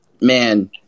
man